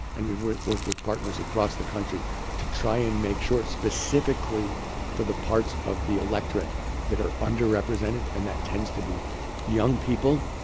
and we've worked worked with partners across the country to try and make sure specifically for the parts of the electorate that are underrepresented. and that tends to be young people,